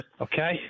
Okay